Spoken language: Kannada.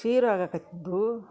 ಸೀರು ಆಗಕತ್ತಿದ್ದವು